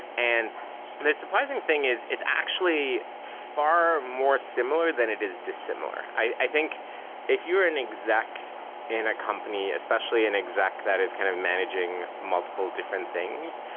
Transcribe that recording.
and and the surprising thing is it's actually far more similar than it is dissimilar. i think if you're an exec in a company, especially an exec that is kind of managing multiple different things,